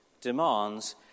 demands